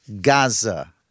Gaza